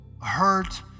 hurt